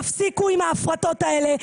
תפסיקו עם ההפרטות האלה.